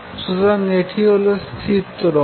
সুতরাং এটি হল স্থির তরঙ্গ